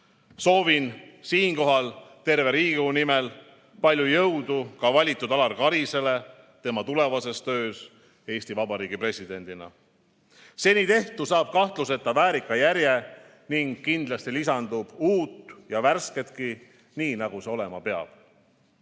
soovin terve Riigikogu nimel palju jõudu ka valitud Alar Karisele tema tulevases töös Eesti Vabariigi presidendina! Seni tehtu saab kahtluseta väärika järje ning kindlasti lisandub uut ja värsketki, nii nagu see olema peab. Jah,